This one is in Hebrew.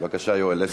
בבקשה, יואל.